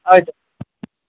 આવજો